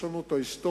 יש לנו ההיסטוריות,